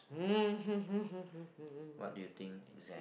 mm hmm hmm hmm hmm hmm